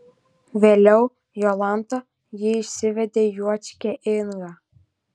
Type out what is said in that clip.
vėliau jolanta ji išsivedė juočkę ingą